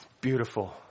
Beautiful